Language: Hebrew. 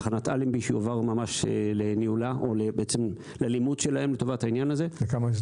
תחנת אלנבי שתועבר לניהולה או בעצם ללימוד שלהם לטובת העניין הזה.